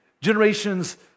generations